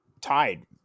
tied